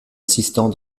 assistant